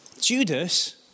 Judas